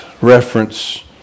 reference